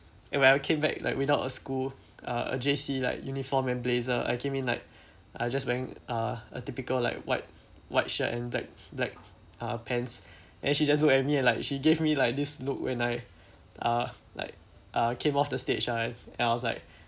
and when I came back like without a school uh a J_C like uniform and blazer I came in like I just wearing uh a typical like white white shirt and black black uh pants and she just look at me and like she gave me like this look when I uh like uh came off the stage ah and I was like